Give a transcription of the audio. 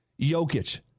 Jokic